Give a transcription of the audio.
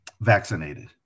vaccinated